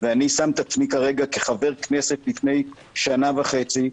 ואני שם את עצמי כרגע כחבר כנסת לפני שנה וחצי,